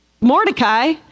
Mordecai